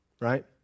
right